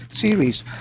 series